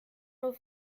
nur